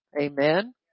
Amen